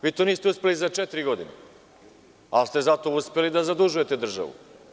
Vi to niste uspeli za četiri godine, ali ste zato uspeli da zadužujete državu.